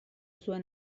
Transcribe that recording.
zuen